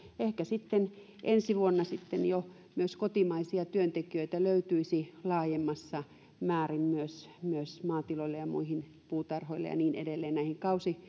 ehkä sitten ensi vuonna jo myös kotimaisia työntekijöitä löytyisi laajemmassa määrin myös myös maatiloille ja puutarhoille ja niin edelleen näihin